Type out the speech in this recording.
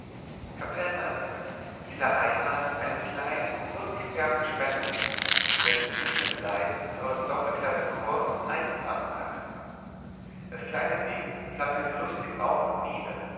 kapellmeister ich sah einmal einen kleinen buntgefärbten schmetterling der sich zwischen den saiten eures doppelklavichords eingefangen hatte das kleine ding flatterte lustig auf und nieder